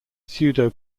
pseudo